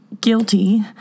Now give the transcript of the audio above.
guilty